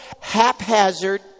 haphazard